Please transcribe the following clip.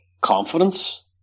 confidence